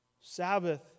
Sabbath